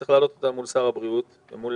צריך להעלות אותה מול שר הבריאות ומול